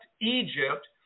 Egypt